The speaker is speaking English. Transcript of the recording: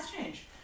change